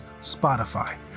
Spotify